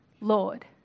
Lord